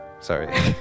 sorry